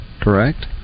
correct